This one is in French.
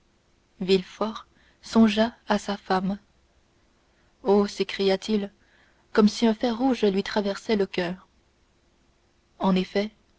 villefort songea à sa femme oh s'écria-t-il comme si un fer rouge lui traversait le coeur en effet